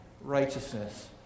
righteousness